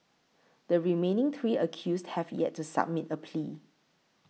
the remaining three accused have yet to submit a plea